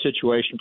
situation